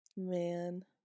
man